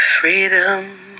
Freedom